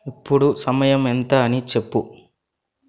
ఇప్పుడు సమయం ఎంత అని చెప్పు